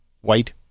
white